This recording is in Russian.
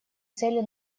цели